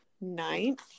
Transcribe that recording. ninth